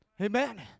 Amen